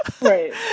Right